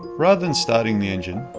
rather than starting the engine,